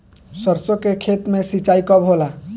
सरसों के खेत मे सिंचाई कब होला?